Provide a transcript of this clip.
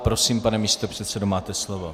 Prosím, pane místopředsedo, máte slovo.